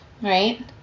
right